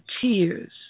tears